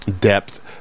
Depth